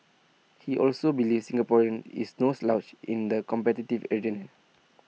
he also believes Singaporean is no slouch in the competitive